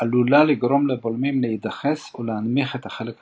עלולה לגרום לבולמים להידחס ולהנמיך את החלק הקדמי.